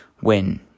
win